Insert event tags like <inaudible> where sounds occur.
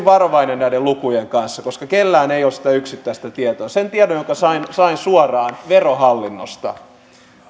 <unintelligible> varovainen näiden lukujen kanssa koska kellään ei ole siitä yksittäistä tietoa se tieto jonka sain sain suoraan verohallinnosta